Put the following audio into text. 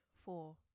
four